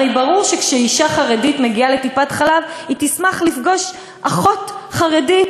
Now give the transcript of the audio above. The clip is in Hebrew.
הרי ברור שכשאישה חרדית מגיעה לטיפת-חלב היא שמחה לפגוש אחות חרדית,